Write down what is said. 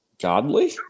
godly